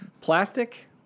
Plastic